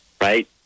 right